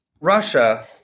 Russia